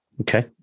Okay